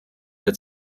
wird